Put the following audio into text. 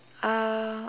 uh